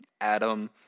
adam